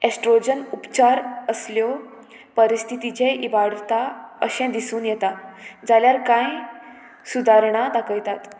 oestrogen उपचार असल्यो परिस्थितीचे इबाडटा अशें दिसून येता जाल्यार कांय सुदारणां दाखयतात